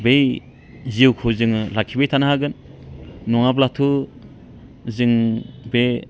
बै जिउखौ जोङो लाखिबाय थानो हागोन नङाब्लाथ' जों बे